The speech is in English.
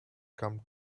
come